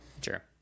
Sure